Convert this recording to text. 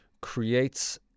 creates